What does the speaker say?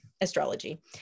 astrology